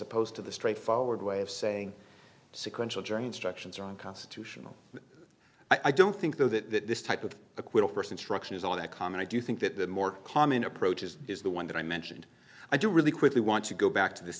opposed to the straightforward way of saying sequential jury instructions are unconstitutional i don't think though that this type of acquittal first instruction is all that common i do think that the more common approach is is the one that i mentioned i do really quickly want to go back to this